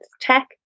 tech